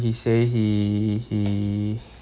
he say he he